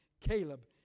Caleb